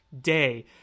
day